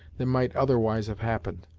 than might otherwise have happened.